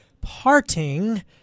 parting